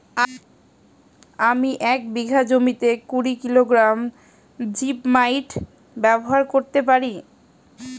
আমি এক বিঘা জমিতে কুড়ি কিলোগ্রাম জিপমাইট ব্যবহার করতে পারি?